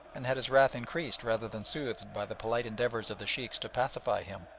and had his wrath increased rather than soothed by the polite endeavours of the sheikhs to pacify him,